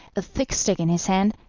a thick stick in his hand,